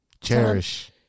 Cherish